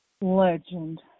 Legend